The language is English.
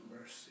mercy